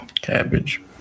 cabbage